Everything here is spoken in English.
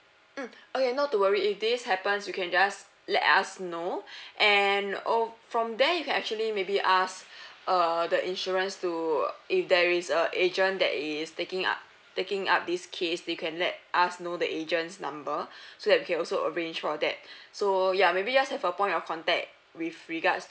mm okay not to worry if this happens you can just let us know and o~ from there you can actually maybe ask err the insurance to if there is a agent that is taking up taking up this case they can let us know the agent's number so that we can also arrange for that so ya maybe just have a point of contact with regards